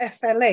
FLA